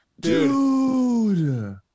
Dude